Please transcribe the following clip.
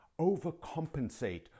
Overcompensate